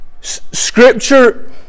Scripture